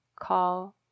call